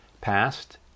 past